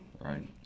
right